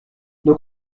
nos